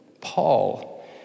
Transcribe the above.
Paul